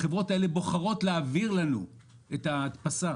החברות האלה בוחרות להעביר לנו את ההדפסה.